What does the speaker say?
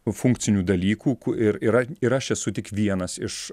funkcinių dalykų ir yra ir aš esu tik vienas iš